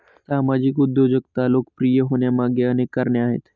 सामाजिक उद्योजकता लोकप्रिय होण्यामागे अनेक कारणे आहेत